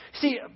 See